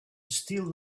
still